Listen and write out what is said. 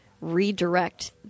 redirect